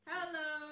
Hello